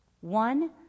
One